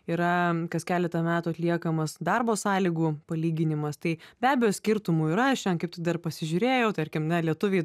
yra kas keletą metų atliekamas darbo sąlygų palyginimas tai be abejo skirtumų yra aš šiandien kaip tik dar pasižiūrėjau tarkim na lietuviai